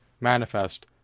manifest